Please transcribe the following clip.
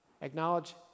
acknowledge